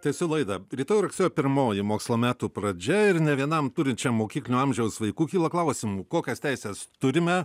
tęsiu laidą rytoj rugsėjo pirmoji mokslo metų pradžia ir ne vienam turinčiam mokyklinio amžiaus vaikų kyla klausimų kokias teises turime